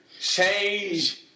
change